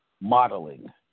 modeling